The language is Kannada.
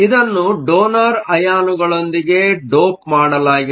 ಇದನ್ನು ಡೋನರ್ ಅಯಾನುಗಳೊಂದಿಗೆ ಡೋಪ್ ಮಾಡಲಾಗಿದೆ